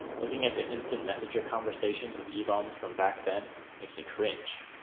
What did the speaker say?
looking at the instant messager conversations with ebaum's from back then makes me cringe.